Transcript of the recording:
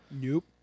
Nope